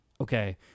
okay